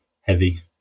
heavy